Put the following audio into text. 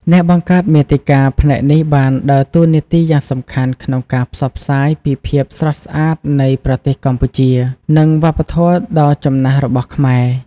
អ្នកបង្កើតមាតិកាផ្នែកនេះបានដើរតួនាទីយ៉ាងសំខាន់ក្នុងការផ្សព្វផ្សាយពីភាពស្រស់ស្អាតនៃប្រទេសកម្ពុជា និងវប្បធម៌ដ៏ចំណាស់របស់ខ្មែរ។